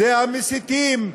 זה המסיתים,